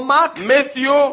Matthew